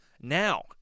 Now